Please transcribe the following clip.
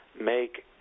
make